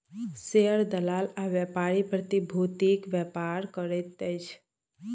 share दलाल आ व्यापारी प्रतिभूतिक व्यापार करैत अछि